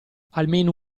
almeno